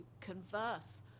converse